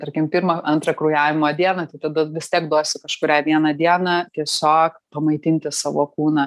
tarkim pirmą antrą kraujavimo dieną tai tada vis tiek duosiu kažkurią vieną dieną tiesiog pamaitinti savo kūną